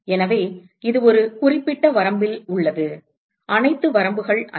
எனவே இது ஒரு குறிப்பிட்ட வரம்பில் உள்ளது அனைத்து வரம்புகள் அல்ல